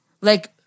Like-